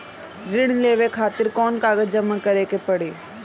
ऋण लेवे खातिर कौन कागज जमा करे के पड़ी?